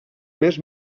més